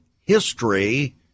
history